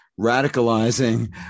radicalizing